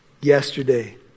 Yesterday